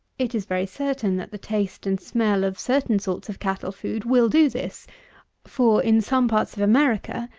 it is very certain, that the taste and smell of certain sorts of cattle-food will do this for, in some parts of america,